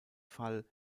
fall